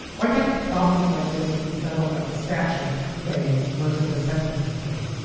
why can't the problems like this be settled at the statute phase versus the sentencing phase?